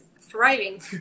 thriving